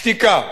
שתיקה.